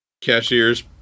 cashiers